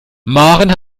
maren